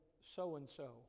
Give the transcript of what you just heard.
so-and-so